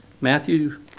Matthew